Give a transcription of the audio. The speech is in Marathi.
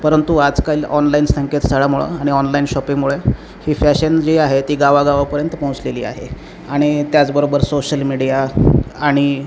परंतु आजकाल ऑनलाईन संकेतस्थळामुळं आणि ऑनलाईन शॉपिंगमुळे ही फॅशन जी आहे ती गावागावापर्यंत पोहोचलेली आहे आणि त्याचबरोबर सोशल मीडिया आणि